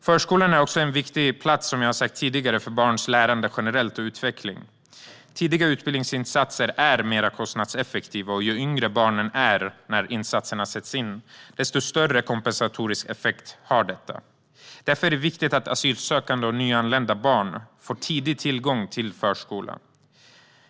Förskolan är en viktig plats för barns lärande och utveckling. Tidiga utbildningsinsatser är kostnadseffektiva, och ju yngre barnen är när insatserna sätts in, desto större kompensatorisk effekt har de. Därför är det viktigt att asylsökande och nyanlända barn tidigt får tillgång till förskola.